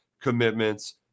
commitments